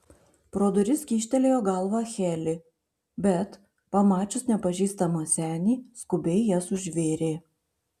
pro duris kyštelėjo galvą heli bet pamačius nepažįstamą senį skubiai jas užvėrė